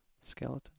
skeleton